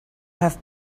have